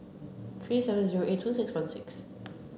three seven zero eight two six one six